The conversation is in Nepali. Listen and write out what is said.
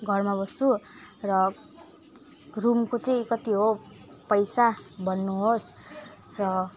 घरमा बस्छु र रुमको चाहिँ कति हो पैसा भन्नुहोस् र